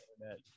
internet